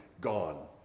Gone